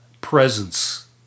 presence